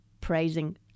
praising